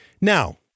Now